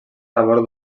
labor